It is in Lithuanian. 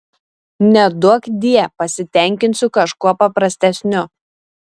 neduokdie pasitenkinsiu kažkuo paprastesniu